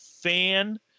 fan